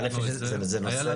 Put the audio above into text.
זה נושא,